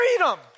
freedom